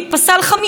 בגרמניה,